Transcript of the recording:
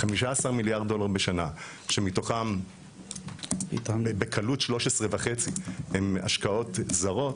15 מיליארד דולר בשנה כשמתוכם בקלות 13.5 הן השקעות זרות,